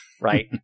right